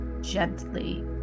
gently